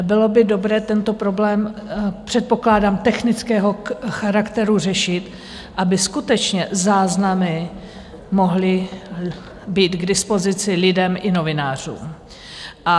Bylo by dobré tento problém, předpokládám technického charakteru, řešit, aby skutečně záznamy mohly být k dispozici lidem i novinářům.